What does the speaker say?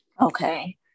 Okay